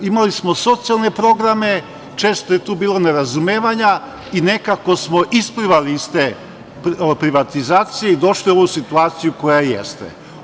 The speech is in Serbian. Imali smo socijalne programe, često je tu bilo nerazumevanja i nekako smo isplivali iz te privatizacije i došli u tu situaciju koja jeste.